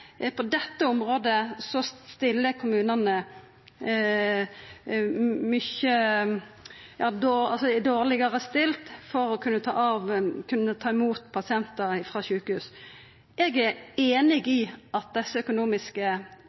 på dette området er kommunane mykje dårlegare stilte til å kunna ta imot pasientar frå sjukehus. Eg er einig i at desse økonomiske